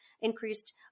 increased